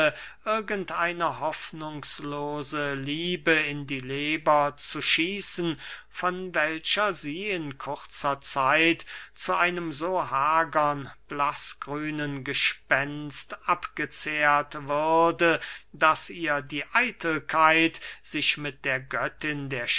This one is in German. eine hoffnungslose liebe in die leber zu schießen von welcher sie in kurzer zeit zu einem so hagern blaßgrünen gespenst abgezehrt würde daß ihr die eitelkeit sich mit der göttin der